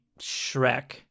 Shrek